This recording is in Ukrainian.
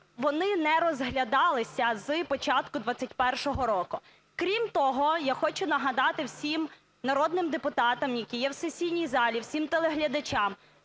вони не розглядалися з початку 21-го року. Крім того, я хочу нагадати всім народним депутатам, які є в сесійній залі, всім телеглядачам